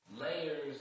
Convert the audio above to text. layers